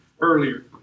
earlier